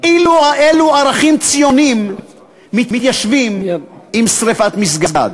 אילו ערכים ציוניים מתיישבים עם שרפת מסגד?